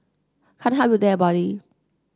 can't help you there buddy